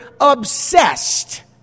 obsessed